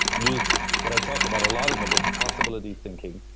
used what i talk about a lot in the book, possibility thinking,